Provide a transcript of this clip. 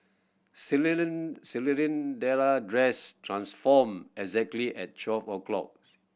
dress transformed exactly at twelve o' clock